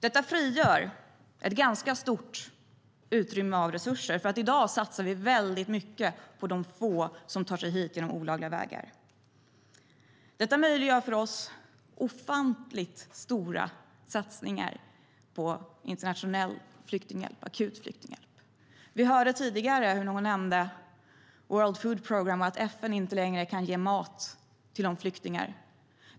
Detta frigör ett ganska stort resursutrymme. I dag satsar vi väldigt mycket på de få som tar sig hit genom olagliga vägar. Detta möjliggör för oss ofantligt stora satsningar på internationell akut flyktinghjälp. Vi hörde tidigare någon nämna World Food Programme och att FN inte längre kan ge mat till flyktingarna.